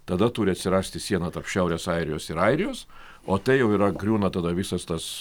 tada turi atsirasti siena tarp šiaurės airijos ir airijos o tai jau yra griūna tada visas tas